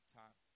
time